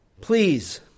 Please